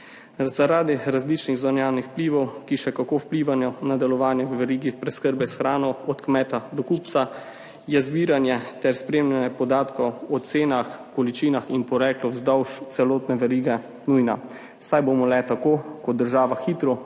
Zaradi različnih zunanjih vplivov, ki še kako vplivajo na delovanje v verigi preskrbe s hrano od kmeta do kupca, je zbiranje ter spremljanje podatkov o cenah, količinah in poreklu vzdolž celotne verige nujna, saj bomo le tako kot država hitro in